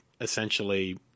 essentially